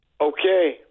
Okay